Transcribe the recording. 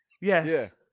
Yes